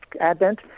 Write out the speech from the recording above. Advent